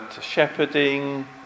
shepherding